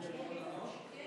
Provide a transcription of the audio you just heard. אני אמור לעלות?